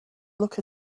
look